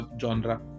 genre